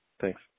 thanks